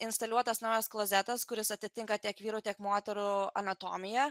instaliuotas naujas klozetas kuris atitinka tiek vyrų tiek moterų anatomiją